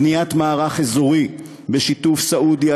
בניית מערך אזורי בשיתוף סעודיה,